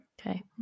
Okay